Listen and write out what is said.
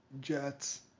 Jets